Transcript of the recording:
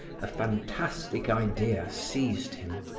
a fantastic idea seized him.